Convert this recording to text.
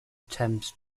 attempts